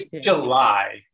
July